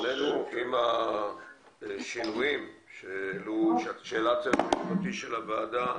שכולל את השינויים שהעלה הצוות המשפטי של הוועדה,